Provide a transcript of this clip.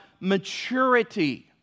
maturity